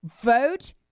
Vote